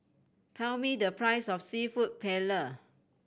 tell me the price of Seafood Paella